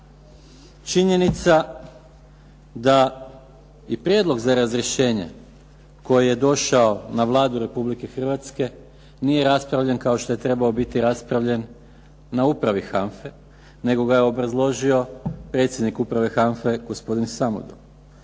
Činjenica da i prijedlog za razrješenje koji je došao na Vladu Republike Hrvatske nije raspravljen kao što je trebao biti raspravljen na upravi HANFA-e nego ga je obrazložio predsjednik uprave HANFA-e gospodin Samodol